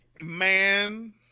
Man